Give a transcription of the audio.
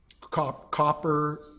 copper